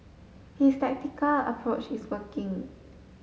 his tactical approach is working